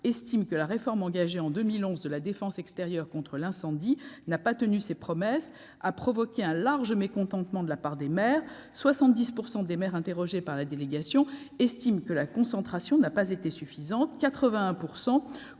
du Sénat, la réforme engagée en 2011 de la défense extérieure contre l'incendie (DECI) « n'a pas tenu ses promesses et a provoqué un large mécontentement de la part des maires : 70 % des maires interrogés par la Délégation estiment que la concertation n'a pas été suffisante et